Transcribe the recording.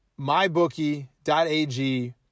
MyBookie.ag